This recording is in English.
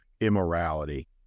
immorality